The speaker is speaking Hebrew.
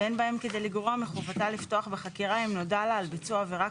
ואין בהן כדי לגרוע מחובתה לפתוח בחקירה אם נודע לה על ביצוע העבירה,